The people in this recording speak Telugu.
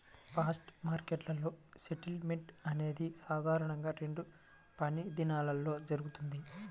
స్పాట్ మార్కెట్లో సెటిల్మెంట్ అనేది సాధారణంగా రెండు పనిదినాల్లో జరుగుతది,